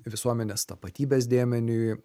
visuomenės tapatybės dėmeniui